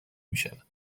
میشود